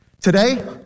Today